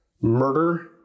murder